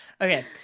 Okay